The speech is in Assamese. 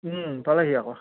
পালেহি আকৌ